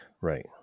Right